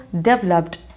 developed